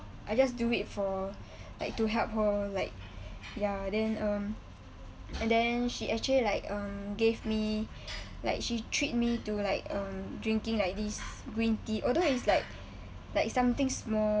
I just do it for like to help her like ya then um and then she actually like um gave me like she treat me to like um drinking like this green tea although is like like something small